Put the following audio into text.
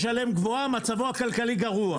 גבוה, מצבו הכלכלי גרוע.